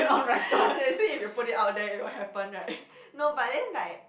they say if you put it out there it will happen right no but then like